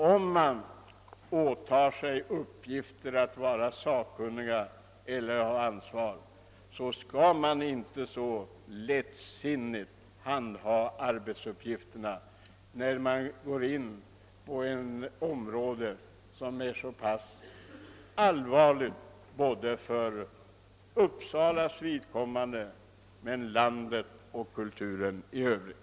Om man åtar sig uppgiften att vara sakkunnig eller att ta ett ansvar, skall man inte så lättsinnigt handha arbetsuppgifterna på ett område som är så allvarligt såväl för Uppsalas vidkommande som för landet och kulturen i övrigt.